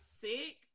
sick